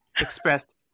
expressed